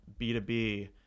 B2B